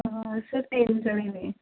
sir ਤਿੰਨ ਜਾਣੇ ਨੇ